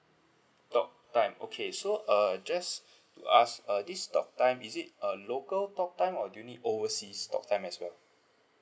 talk time so uh just to ask uh this talk time is it a local talk time or do you need overseas talk time as well